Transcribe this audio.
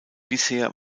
bisher